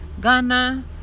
Ghana